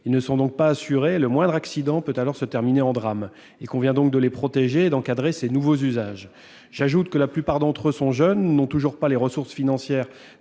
Ils ne sont donc pas assurés et le moindre accident peut se terminer en drame. Il convient de les protéger et d'encadrer ces nouveaux usages. J'ajoute que la plupart d'entre eux sont jeunes et n'ont pas toujours les ressources financières